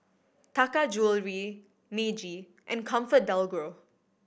Taka Jewelry Meiji and ComfortDelGro